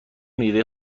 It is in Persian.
میوه